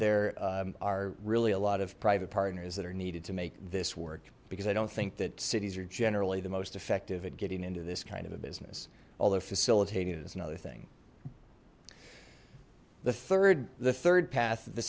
there are really a lot of private partners that are needed to make this work because i don't think that cities are generally the most effective at getting into this kind of a business although facilitating is another thing the third the third path the